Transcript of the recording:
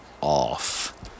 off